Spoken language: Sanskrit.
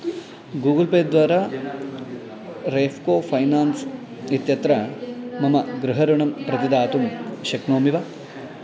गूगुल् पे द्वारा रेफ़्को फ़ैनान्स् इत्यत्र मम गृहऋणं प्रतिदातुं शक्नोमि वा